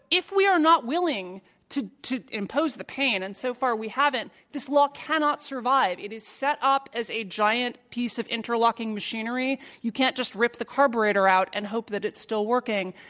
if we are not willing to to impose the pain, and so far we haven't, this law cannot survive. it is set up as a giant piece of interlocking machinery. you can't just rip the carburetor out and hope that it's still working.